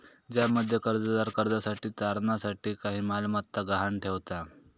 ज्यामध्ये कर्जदार कर्जासाठी तारणा साठी काही मालमत्ता गहाण ठेवता